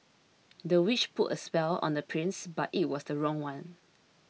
the witch put a spell on the prince but it was the wrong one